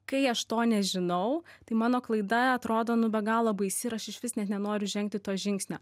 kai aš to nežinau tai mano klaida atrodo nu be galo baisi ir aš išvis net nenoriu žengti to žingsnio